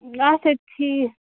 اَچھا ٹھیٖک